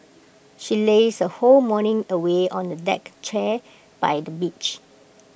she lazed her whole morning away on A deck chair by the beach